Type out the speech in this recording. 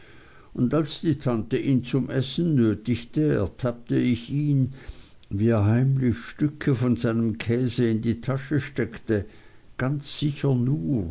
und als die tante ihn zum essen nötigte ertappte ich ihn wie er heimlich stücke von seinem käse in die tasche steckte ganz sicher nur